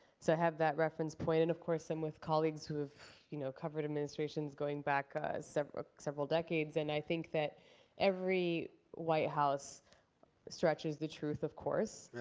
so i have that reference point. and, of course, i'm with colleagues who have you know covered administrations going back several several decades. and i think that every white house stretches the truth, of course.